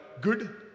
good